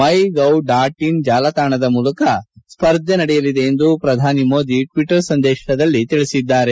my gov dot in ಜಾಲತಾಣದ ಮೂಲಕ ಸ್ಪರ್ಧೆ ನಡೆಯಲಿದೆ ಎಂದು ಪ್ರಧಾನಿ ಮೋದಿ ಟ್ವಿಟರ್ ಸಂದೇಶದಲ್ಲಿ ತಿಳಿಸಿದ್ದಾರೆ